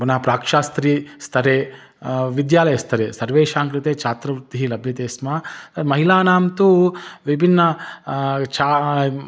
पुनः प्राक्शास्त्रीस्थरे विद्यालयस्थरे सर्वेषाङ्कृते छात्रवृत्तिः लभ्यते स्म महिलानां तु विभिन्न छा